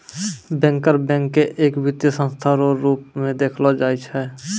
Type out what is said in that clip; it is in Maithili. बैंकर बैंक के एक वित्तीय संस्था रो रूप मे देखलो जाय छै